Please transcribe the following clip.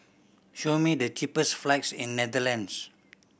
show me the cheapest flights in Netherlands